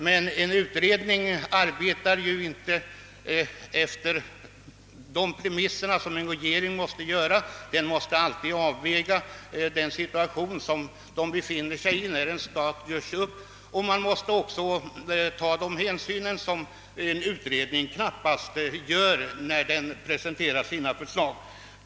Men en utredning arbetar inte med samma premisser som en regering, som alltid måste ta hänsyn till den situation som råder när en stat göres upp, hänsyn som en utredning knappast gör när den presenterar sina förslag.